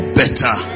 better